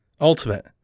Ultimate